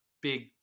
big